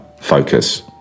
focus